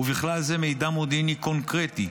ובכלל זה מידע מודיעיני קונקרטי,